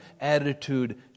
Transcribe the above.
attitude